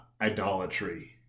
idolatry